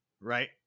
Right